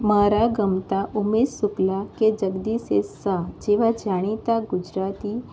મારા ગમતા ઉમેશ શુક્લા કે જગદીશ એસ શાહ જેવા જાણીતા ગુજરાતી